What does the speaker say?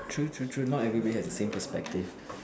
true true true not everybody has the same perspective